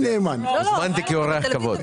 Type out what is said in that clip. הוזמנתי כאורח כבוד.